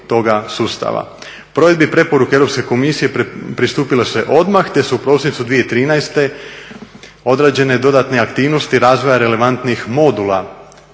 Provedbi preporuke Europske komisije pristupilo se odmah te su u prosincu 2013. odrađene dodatne aktivnosti razvoja relevantnih modula